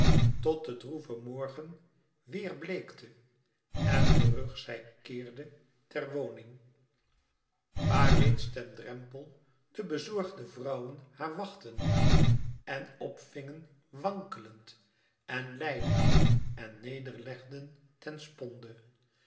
tot de droeve morgen weêr bleekte en terug zij keerde ter woning waar reeds ten drempel de bezorgde vrouwen haar wachtten en op vingen wankelend en lijdend en neder legden ten sponde